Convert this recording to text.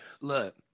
Look